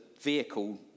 vehicle